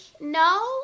no